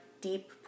deep